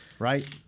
Right